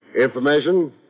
Information